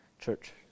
Church